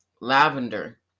lavender